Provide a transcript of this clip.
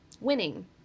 winning